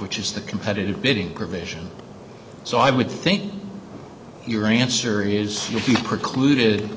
which is the competitive bidding provision so i would think your answer is precluded